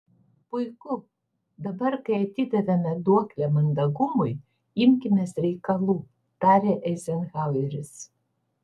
puiku dabar kai atidavėme duoklę mandagumui imkimės reikalų tarė eizenhaueris